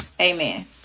Amen